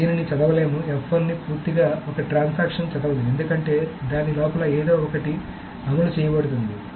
కాబట్టి దీనిని చదవలేము ని పూర్తిగా ఒక ట్రాన్సాక్షన్ చదవదు ఎందుకంటే దాని లోపల ఏదో ఒకటి అమలు చేయబడుతుంది